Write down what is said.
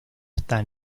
hasta